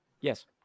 Yes